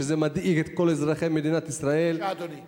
שמדאיג את כל אזרחי מדינת ישראל.